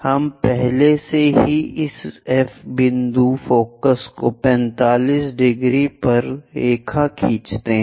हम पहले से ही इस F बिंदु फोकस को 45 ° पर रेखा खींचते हैं